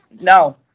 No